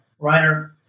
Reiner